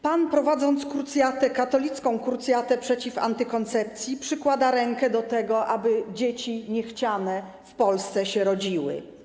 Pan, prowadząc katolicką krucjatę przeciw antykoncepcji, przykłada rękę do tego, aby dzieci niechciane w Polsce się rodziły.